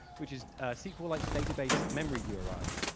which is sqlite's database memory uris.